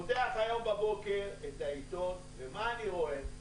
אני פותח היום בבוקר את העיתון ומה אני רואה?